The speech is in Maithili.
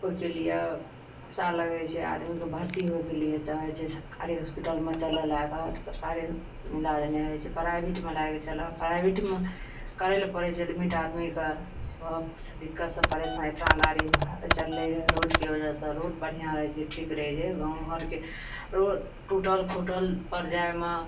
कोइ चीज लिअ पैसा लगै छै आदमीके भर्ती होइके लिये चाहै छै सरकारी होस्पिटलमे चलऽ लागत सरकारीमे इलाज नहि होइ छै पराइभेटमे चलऽ पराइभेटमे करै लए पड़ै छै लिमिट आदमीके वहाँ बहुत छै दिक्कत से परेशानी इतना गाड़ी घोड़ा चललैए रोडके वजहसँ रोड बढ़िआँ रहै छै ठीक रहै छै गाँव घरके रोड टूटल फूटल पर जाइमे